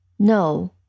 No